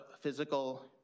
physical